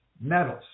metals